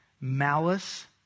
malice